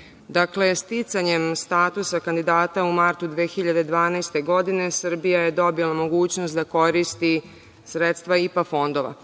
vreme. Dakle, sticanjem statusa kandidata u martu 2012. godine, Srbija je dobila mogućnost da koristi sredstva IPA fondova.